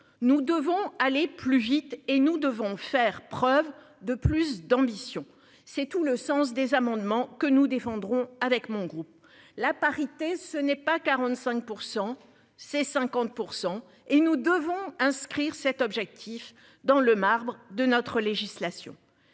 Nous devons aller plus vite et nous devons faire preuve de plus d'ambition. C'est tout le sens des amendements que nous défendrons avec mon groupe, la parité ce n'est pas 45% c'est 50% et nous devons inscrire cet objectif dans le marbre de notre législation